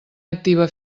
activa